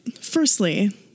Firstly